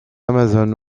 amazon